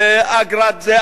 אגרת זה,